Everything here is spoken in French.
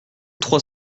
trois